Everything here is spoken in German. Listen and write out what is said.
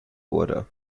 wurde